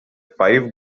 five